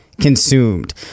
consumed